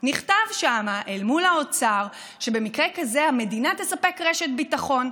נכתב שם אל מול האוצר שבמקרה כזה המדינה תספק רשת ביטחון.